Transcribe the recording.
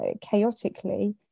chaotically